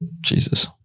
Jesus